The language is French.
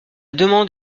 demande